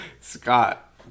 Scott